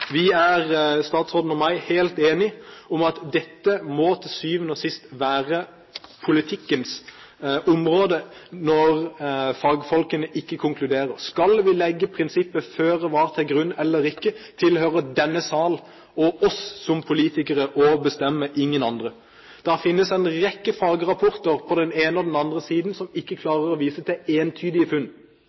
Statsråden og jeg er helt enige om at dette må til syvende og sist være politikkens område når fagfolkene ikke konkluderer. Skal vi legge føre-var-prinsippet til grunn eller ikke, tilhører denne sal og oss som politikere å bestemme – ingen andre! Det finnes en rekke fagrapporter på den ene og den andre siden som ikke klarer å vise til entydige funn.